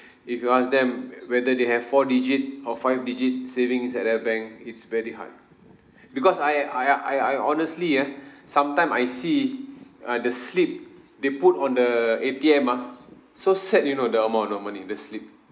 if you ask them w~ whether they have four digit or five digit savings at their bank it's very hard because I I I I honestly ah sometime I see uh the slip they put on the A_T_M ah so sad you know the amount of money the slip